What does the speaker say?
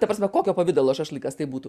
ta prasme kokio pavidalo šašlykas tai būtų